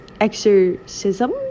Exorcism